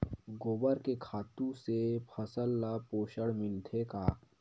गोबर के खातु से फसल ल पोषण मिलथे का?